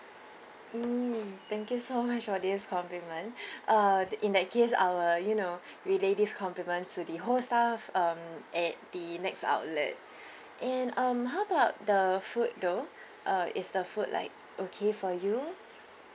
mm thank you so much for this compliment uh in that case I will you know relay this compliment to the whole staff um at the NEX outlet and um how about the food though uh is the food like okay for you